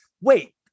wait